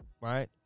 Right